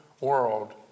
world